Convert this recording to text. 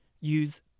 use